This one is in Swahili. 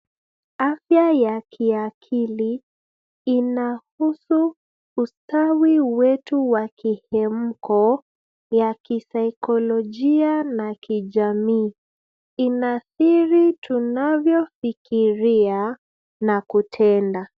Afya ya kiakili inahusu ustawi wetu wa kihemko ya kisaikolojia na kijamii. Inadhiri tunavyofikiria na kutenda.